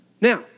Now